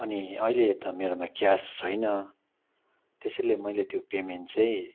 अनि अहिले त मेरोमा क्यास छैन त्यसैले मैले त्यो पेमेन्ट चाहिँ